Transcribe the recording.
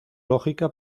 lógica